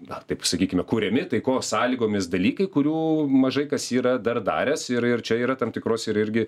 na taip sakykime kuriami taikos sąlygomis dalykai kurių mažai kas yra dar daręs ir ir čia yra tam tikros ir irgi